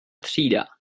třída